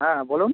হ্যাঁ বলুন